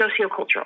sociocultural